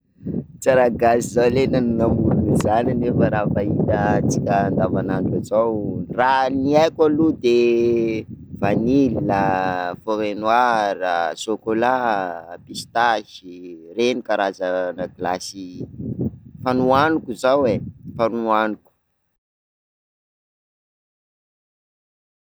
Tsy raha gasy zao ley namorony zany, nefa raha vahiny raha atsika andavanandro avao, raha ny haiko aloha de vanille, foret noir, chocolat, pistasy, reny karazana glasy efa nohaniko zao e, efa nohaniko.